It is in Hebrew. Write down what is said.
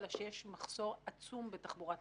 אלא שיש מחסור עצום בתחבורה ציבורית.